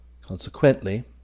Consequently